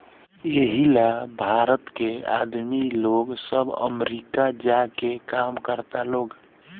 एही ला भारत के आदमी लोग सब अमरीका जा के काम करता लोग